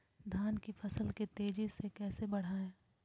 धान की फसल के तेजी से कैसे बढ़ाएं?